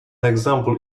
example